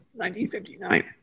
1959